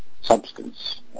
substance